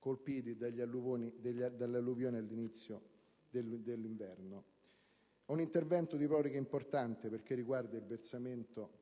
colpiti dalle alluvioni dell'inizio dell'inverno. Si tratta di un intervento di proroga importante perché riguarda il versamento